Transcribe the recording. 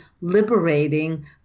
liberating